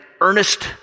earnest